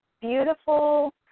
beautiful